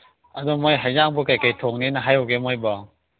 ꯑꯗꯣ ꯃꯣꯏ ꯑꯦꯟꯁꯥꯡꯕꯨ ꯀꯔꯤ ꯀꯔꯤ ꯊꯣꯡꯅꯤꯅ ꯍꯥꯏꯍꯧꯒꯦ ꯃꯣꯏꯕꯣ